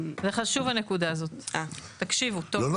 לימור סון הר מלך (עוצמה יהודית): הנקודה הזו חשובה,